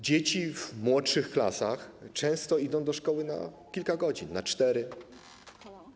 Dzieci w młodszych klasach często idą do szkoły na kilka godzin, na 4 godziny.